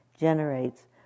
generates